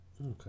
Okay